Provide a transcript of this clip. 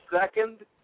second